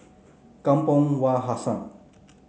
Kampong Wak Hassan